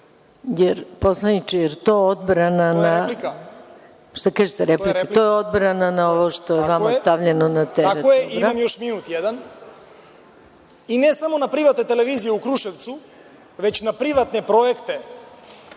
to je odbrana na ovo što je vama stavljeno na teret? **Balša Božović** Tako je, imam još minut jedan.I ne samo na privatne televizije u Kruševcu, već na privatne projekte